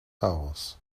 house